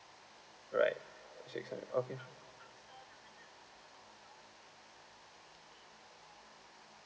alright six hundred okay sure